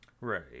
Right